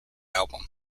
album